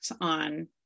on